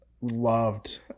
loved